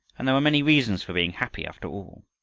and there were many reasons for being happy after all.